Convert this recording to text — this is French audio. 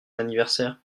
anniversaire